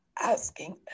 asking